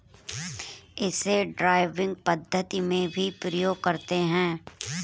इसे ड्राइविंग पद्धति में भी प्रयोग करते हैं